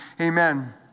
amen